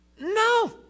No